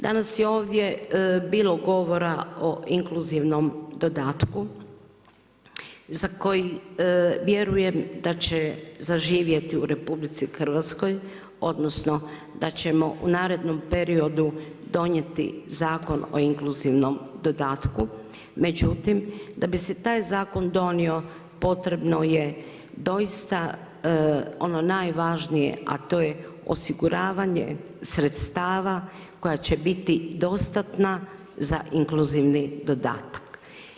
Danas je ovdje bilo govora o inkluzivnom dodatku za koji vjerujem da će zaživjeti u RH odnosno da ćemo u narednom periodu donijeti zakon o inkluzivnom dodatku, međutim da bi se taj zakon donio potrebno je doista ono najvažnije a to je osiguravanje sredstava koja će biti dostatna za inkluzivni dodatak.